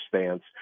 stance